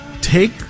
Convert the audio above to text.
take